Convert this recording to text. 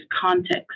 context